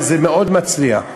וזה מאוד מצליח.